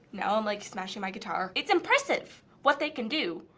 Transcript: now i'm like smashing my guitar. it's impressive what they can do,